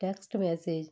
text message